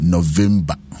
November